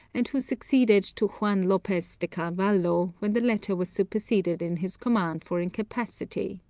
and who succeeded to juan lopez de carvalho, when the latter was superseded in his command for incapacity.